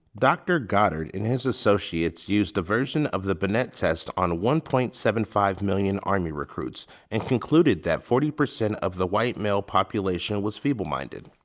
dr. goddard and his associates used a version of the binet test on one point seven five million army recruits and concluded that forty percent of the white male population was feeble-minded.